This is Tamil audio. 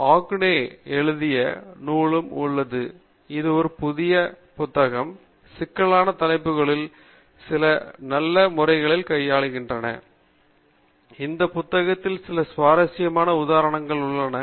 பின்னர் ஓக்னாய்க் எழுதிய நூலும் உள்ளது இது ஒரு புதிய புத்தகம் சிக்கலான தலைப்புகளில் சில நல்ல முறையில் கையாளப்படுகின்றன இந்த புத்தகத்தில் சில சுவாரஸ்யமான உதாரணங்கள் உள்ளன